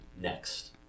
next